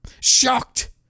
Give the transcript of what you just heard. shocked